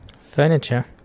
Furniture